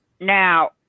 Now